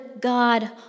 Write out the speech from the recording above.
God